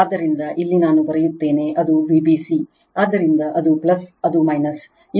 ಆದ್ದರಿಂದ ಇಲ್ಲಿ ನಾನು ಬರೆಯುತ್ತೇನೆ ಅದು Vbc ಆದ್ದರಿಂದ ಅದು ಅದು